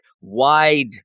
wide